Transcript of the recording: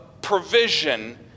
provision